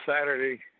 saturday